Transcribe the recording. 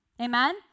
amen